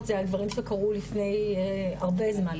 זה על דברים שקרו לפני הרבה זמן,